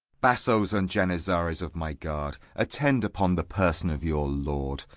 bassoes and janizaries of my guard, attend upon the person of your lord,